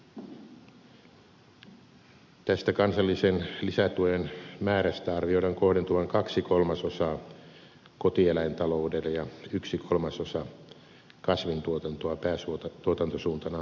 tästä kansallisen lisätuen määrästä arvioidaan kohdentuvan kaksi kolmasosaa kotieläintaloudelle ja yksi kolmasosa kasvintuotantoa päätuotantosuuntanaan harjoittaville tiloille